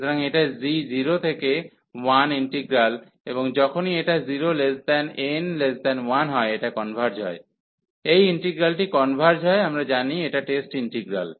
সুতরাং এটা g 0 থেকে 1 ইন্টিগ্রাল এবং যখনই এটা 0n1 হয় এটা কনভার্জ হয় এই ইন্টিগ্রালটি কনভার্জ হয় আমরা জানি এটা টেস্ট ইন্টিগ্রাল